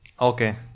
Okay